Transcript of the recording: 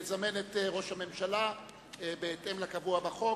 לזמן את ראש הממשלה בהתאם לקבוע בחוק,